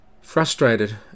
Frustrated